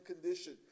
condition